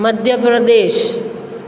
Madhya Pradesh